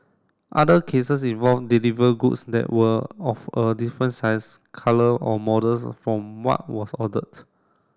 other cases involve deliver goods that were of a different size colour or models from what was ordered